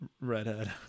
redhead